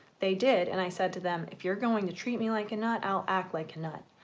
they did and i said to them if you're going to treat me like a nut i'll act like a nut.